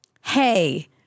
hey